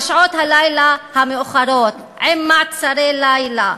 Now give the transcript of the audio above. בשעות הלילה המאוחרות עם מעצרי לילה,